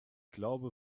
glaube